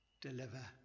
deliver